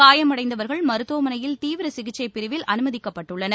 காயமடைந்தவர்கள் மருத்துவமனையில் தீவிர சிகிச்சை பிரிவில் அனுமதிக்கப்பட்டுள்ளனர்